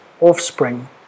offspring